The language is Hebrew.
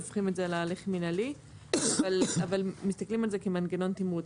הופכים את זה להליך מינהלי אבל מסתכלים על זה כעל מנגנון תמרוץ.